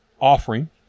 offering